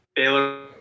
Baylor